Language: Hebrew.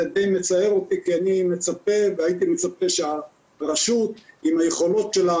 זה די מצער אותי כי הייתי מצפה שהרשות עם היכולות שלה,